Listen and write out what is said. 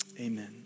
Amen